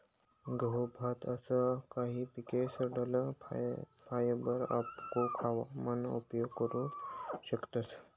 गहू, भात नी असा काही पिकेसकन डंठल फायबर आपू खावा मान उपयोग करू शकतस